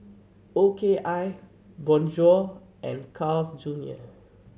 O K I Bonjour and Carl's Junior